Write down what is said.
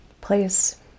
place